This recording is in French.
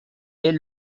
est